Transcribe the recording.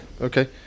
Okay